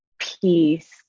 peace